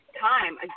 time